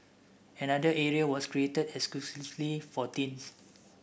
another area was created exclusively for teens